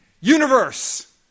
universe